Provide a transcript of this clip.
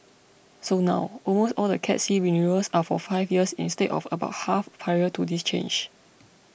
so now almost all the Cat C renewals are for five years instead of about half prior to this change